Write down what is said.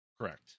correct